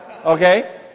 Okay